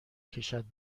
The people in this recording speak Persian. کشد